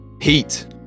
heat